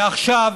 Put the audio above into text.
ועכשיו,